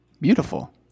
Beautiful